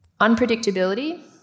Unpredictability